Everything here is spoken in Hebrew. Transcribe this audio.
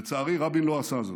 לצערי, רבין לא עשה זאת.